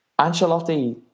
Ancelotti